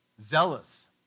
zealous